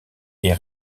est